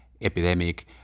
epidemic